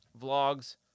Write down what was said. Vlogs